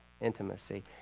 intimacy